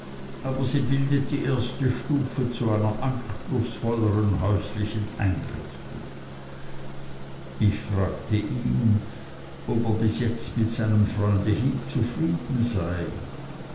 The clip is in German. aber sie bildet die erste stufe zu einer anspruchsvolleren häuslichen einrichtung ich fragte ihn ob er bis jetzt mit seinem freunde heep zufrieden sei